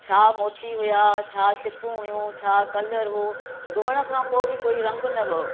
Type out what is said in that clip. छा मोती हुआ छा सिपूं हुयूं छा कलर हुओ धुअण खां पो बि कोई रंग न वियो